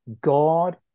God